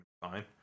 fine